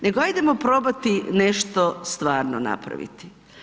Nego, hajdemo probati nešto stvarno napraviti.